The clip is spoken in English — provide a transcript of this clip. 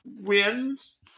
wins